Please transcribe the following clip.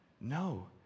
No